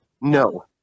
no